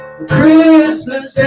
Christmas